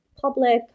public